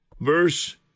Verse